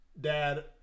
dad